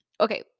okay